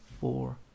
four